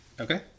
okay